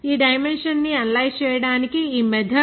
ఈ డైమెన్షన్ ని అనలైజ్ చేయడానికి ఈ మెథడ్